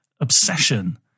obsession